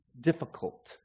difficult